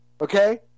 Okay